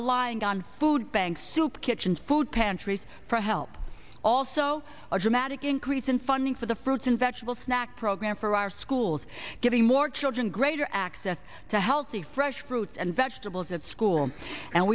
relying on food banks soup kitchens food pantries for help also a dramatic increase in funding for the fruits and vegetables snack program for our schools giving more children greater access to healthy fresh fruits and vegetables at school and